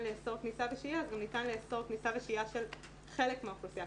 לאסור כניסה ושהייה אז גם ניתן לאסור כניסה ושהייה של חלק מהאוכלוסייה,